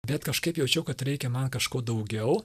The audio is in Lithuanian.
bet kažkaip jaučiau kad reikia man kažko daugiau